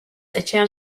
etxean